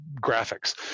graphics